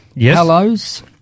Hallows